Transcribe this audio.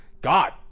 god